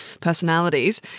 personalities